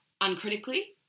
uncritically